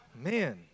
Man